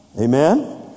Amen